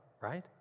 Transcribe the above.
right